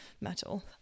metal